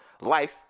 life